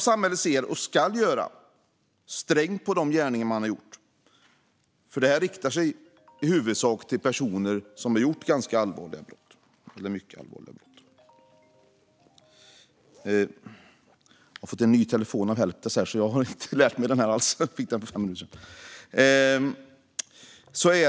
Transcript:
Samhället ser, och ska se, strängt på de gärningar som gjorts. Detta riktar sig i huvudsak mot personer som har begått ganska eller mycket allvarliga brott.